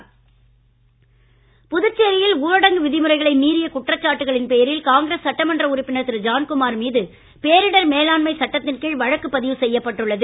MLA வழக்கு புதுச்சேரியில் ஊரடங்கு விதிமுறைகளை மீறிய குற்றச்சாட்டுகளின் பேரில் காங்கிரஸ் சட்டமன்ற உறுப்பினர் திரு ஜான்குமார் மீது பேரிடர் மேலாண்மை சட்டத்தின் கீழ் வழக்கு பதிவு செய்யப் பட்டுள்ளது